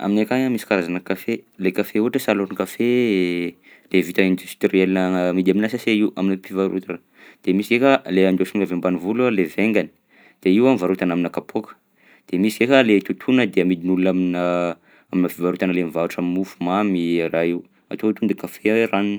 Aminay akagny a misy karazana kafe, lay kafe ohatra hoe salone kafe e, de vita industriel agna- amidy aminà sase aminà mpivarotana; de misy eka le andôsina avy ambanivolo a le vaingany, de io a varotana aminà kapoaka; de misy ndraika lay totoina de amidin'olona aminà aminà fivarotana lay mivarotra mofomamy araha io, atao to de kafe ranony.